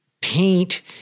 paint